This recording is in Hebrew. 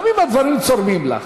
גם אם הדברים צורמים לך.